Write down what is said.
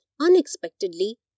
unexpectedly